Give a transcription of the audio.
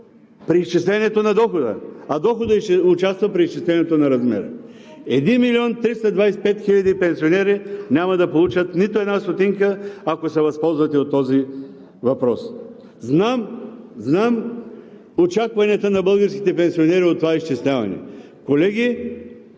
при изчислението на дохода, а доходът участва при изчислението на размера. 1 милион и 325 хиляди пенсионери няма да получат нито една стотинка, ако се възползвате от този въпрос. Знам очакванията на българските пенсионери от това изчисляване. Колеги,